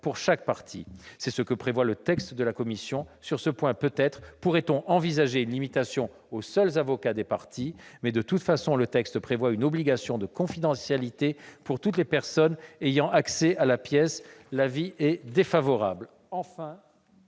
pour chaque partie. C'est ce que prévoit le texte de la commission. Sur ce point, peut-être pourrions-nous envisager une limitation aux seuls avocats des parties, mais, de toute façon, le texte prévoit une obligation de confidentialité pour toutes les personnes ayant accès à la pièce. Pour toutes